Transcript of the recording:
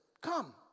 Come